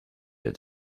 that